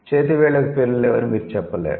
చేతి వేళ్ళకు పేర్లు లేవని మీరు చెప్పలేరు